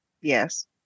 yes